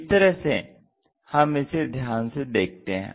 इस तरह से हम इसे ध्यान से देखतें हैं